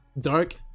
Dark